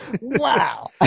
Wow